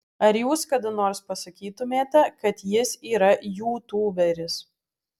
ar jūs kada nors pasakytumėte kad jis yra jūtūberis